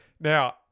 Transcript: Now